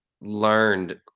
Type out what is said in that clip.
learned